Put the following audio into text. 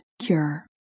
cure